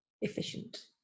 efficient